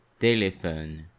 téléphone